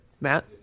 matt